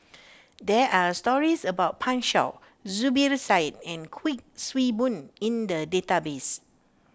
there are stories about Pan Shou Zubir Said and Kuik Swee Boon in the database